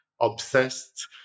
obsessed